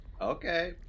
Okay